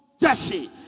Jesse